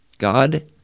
God